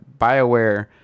bioware